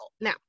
Now